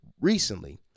recently